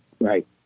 Right